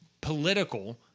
political